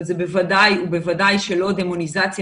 אבל זה בוודאי ובוודאי שלא דמוניזציה